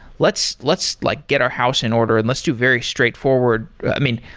let's let's like get our house in order and let's do very straight forward. i mean,